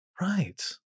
right